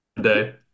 day